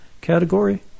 category